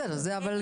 בסדר זה אבל,